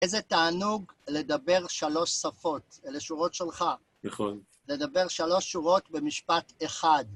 איזה תענוג לדבר שלוש שפות. אלה שורות שלך. נכון. לדבר שלוש שורות במשפט אחד.